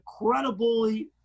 incredibly